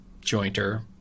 jointer